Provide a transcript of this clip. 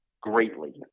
greatly